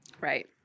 Right